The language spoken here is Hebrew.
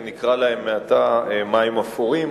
שנקרא להם מעתה מים אפורים,